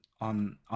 on